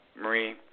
Marie